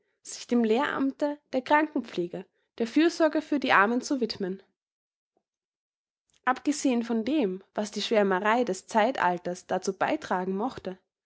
sich dem lehramte der krankenpflege der fürsorge für die armen zu widmen abgesehen von dem was die schwärmerei des zeitalters dazu beitragen mochte